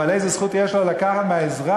אבל איזה זכות יש לה לקחת מהאזרח,